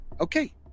Okay